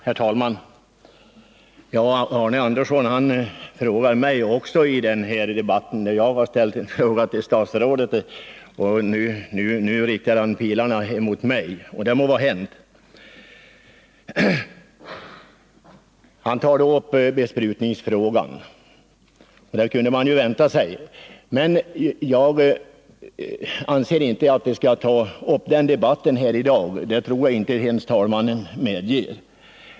Herr talman! Arne Andersson i Ljung ställer till mig frågor i den här debatten, vilken är till för diskussion av min fråga till statsrådet. Arne Andersson riktar i stället pilarna mot mig, men det må vara hänt. Arne Andersson tog upp besprutningsfrågan — det kunde man ju i och för sig vänta sig. Men jag anser inte att vi skall debattera den här i dag — det tror jag inte ens talmannen medger.